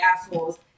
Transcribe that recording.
assholes